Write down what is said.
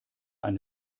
eine